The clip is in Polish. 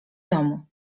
domu